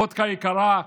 וודקה יקרה,